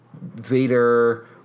Vader